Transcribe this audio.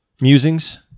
musings